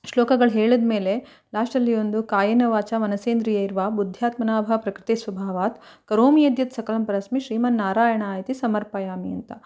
ಶ್ಲೋಕಗಳು ಹೇಳಿದ ಮೇಲೆ ಲಾಸ್ಟಲ್ಲಿ ಒಂದು ಕಾಯೇನ ವಾಚ ಮನಸೇಂದ್ರಿಯೈರ್ವಾ ಬುದ್ಯಾತ್ಮನಾಭ ಪ್ರಕೃತಿ ಸ್ವಭಾವಾತ್ ಕರೋಮಿ ಯದ್ಯತ್ ಸಕಲಂ ಪರಸ್ಮೈ ಶ್ರೀಮಾನ್ ನಾರಾಯಣಯೇತಿ ಸಮರ್ಪಯಾಮಿ ಅಂತ